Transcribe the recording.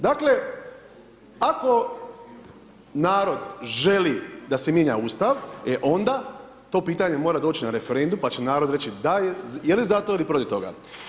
Dakle, ako narod želi da se mijenja Ustav e onda to pitanje mora doći na referendum pa će narod reći je li zato ili proti toga.